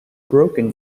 broken